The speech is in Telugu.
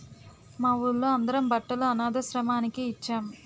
మా వూళ్ళో అందరం బట్టలు అనథాశ్రమానికి ఇచ్చేం